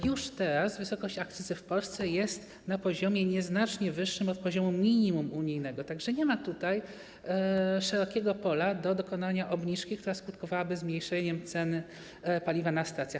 Już teraz wysokość akcyzy w Polsce jest na poziomie nieznacznie wyższym od poziomu minimum unijnego, tak że nie ma tutaj szerokiego pola do dokonania obniżki, która skutkowałaby zmniejszeniem cen paliwa na stacjach.